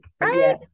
right